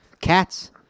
Cats